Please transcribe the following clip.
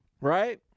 Right